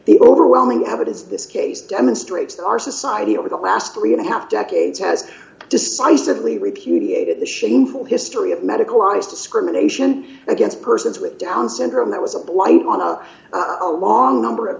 the overwhelming evidence this case demonstrates that our society over the last three and a half decades has decisively repudiated the shameful history of medicalize discrimination against persons with down syndrome that was a blight on a long number of